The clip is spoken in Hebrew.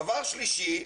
דבר שלישי,